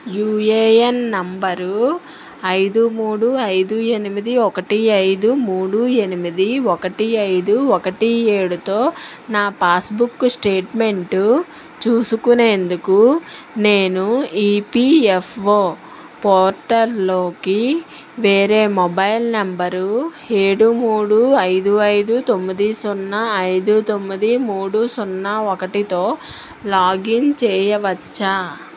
UAN number ఐదు మూడు ఐదు ఎనిమిది ఒకటి ఐదు మూడు ఎనిమిది ఒకటి ఐదు ఒకటి ఏడుతో నా పాస్బుక్ స్టేట్మెంటు చూసుకునేందుకు నేను ఈపీఎఫ్ఓ పోర్టల్ల్లోకి వేరే మొబైల్ నంబరు ఏడు మూడు ఐదు ఐదు తొమ్మిది సున్నా ఐదు తొమ్మిది మూడు సున్నా ఒకటితో లాగిన్ చేయవచ్చా